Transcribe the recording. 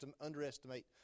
underestimate